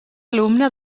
alumne